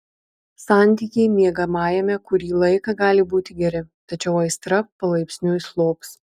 santykiai miegamajame kurį laiką gali būti geri tačiau aistra palaipsniui slops